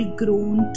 grown